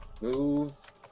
move